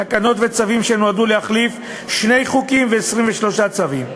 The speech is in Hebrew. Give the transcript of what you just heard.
תקנות וצווים שנועדו להחליף שני חוקים ו-23 צווים.